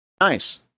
Nice